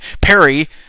Perry